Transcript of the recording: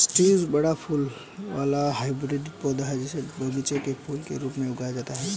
स्रीवत बड़ा फूल वाला हाइब्रिड पौधा, जिसे बगीचे के फूल के रूप में उगाया जाता है